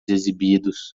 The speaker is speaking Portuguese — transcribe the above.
exibidos